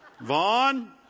Vaughn